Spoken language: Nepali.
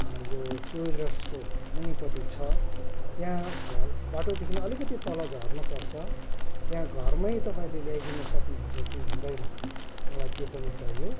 यो टु विलर्सको मुनिपट्टि छ त्यहाँ घर बाटोदेखि अलिकति तल झर्नु पर्छ त्यहाँ घरमै तपाईँले ल्याइदिनु सक्नुहुन्छ कि हुँदैन मलाई त्यो पनि चाहियो